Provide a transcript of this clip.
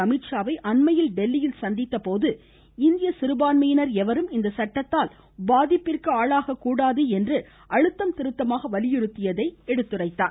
அமித்ஷாவை அண்மையில் தில்லியில் சந்தித்தபோது இந்திய சிறுபான்மையினர் எவரும் இச்சட்டதால் பாதிப்பிற்கு ஆளாகக்கூடாது என்று அழுத்தம் திருத்தமாக வலியுறுத்தியதாக தெரிவித்தார்